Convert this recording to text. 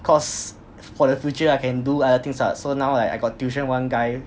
cause for the future I can do other things what so now like I got tuition one guy